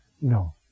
No